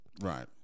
Right